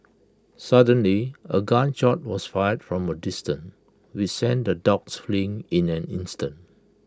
suddenly A gun shot was fired from A distance which sent the dogs fleeing in an instant